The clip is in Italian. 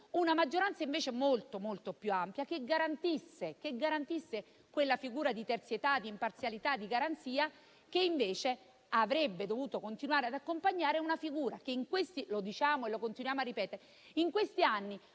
una maggioranza molto più ampia, che garantisse quella figura di terzietà, di imparzialità e di garanzia che avrebbe dovuto continuare ad accompagnare la figura del Presidente